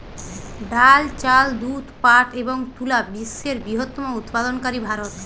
ডাল, চাল, দুধ, পাট এবং তুলা বিশ্বের বৃহত্তম উৎপাদনকারী ভারত